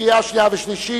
קריאה שנייה וקריאה שלישית.